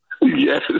Yes